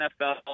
NFL